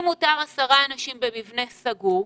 אם מותר עד 10 אנשים במבנה סגור,